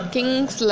Kings